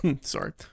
sorry